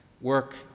Work